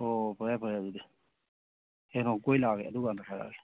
ꯑꯣ ꯐꯔꯦ ꯐꯔꯦ ꯑꯗꯨꯗꯤ ꯍꯌꯦꯡ ꯅꯣꯡꯃ ꯀꯣꯏꯕ ꯂꯥꯛꯑꯒꯦ ꯑꯗꯨꯀꯥꯟꯗ ꯍꯥꯏꯔꯛꯑꯒꯦ